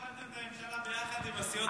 אתם הפלתם את הממשלה ביחד עם הסיעות הערביות.